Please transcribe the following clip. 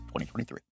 2023